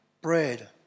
bread